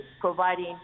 providing